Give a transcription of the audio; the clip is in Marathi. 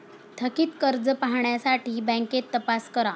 थकित कर्ज पाहण्यासाठी बँकेत तपास करा